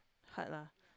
hard lah